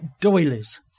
doilies